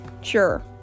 sure